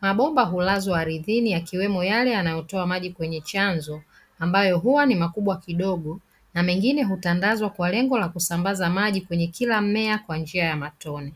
Mabomba hulazwa ardhini yakiwemo yale yanayotoa maji kwenye chanzo, ambayo huwa ni makubwa kidogo na mengine hutandazwa kwa lengo la kusambaza maji kwenye kila mmea kwa njia ya matone.